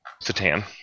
Satan